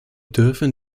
dürfen